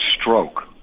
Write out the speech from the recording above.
stroke